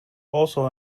also